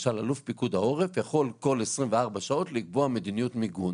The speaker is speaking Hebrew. למשל אלוף פיקוד העורף יכול בכל 24 שעות לקבוע מדיניות מיגון,